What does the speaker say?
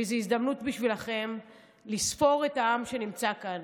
וזאת הזדמנות בשבילכם לספור את העם שנמצא כאן.